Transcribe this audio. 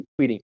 tweeting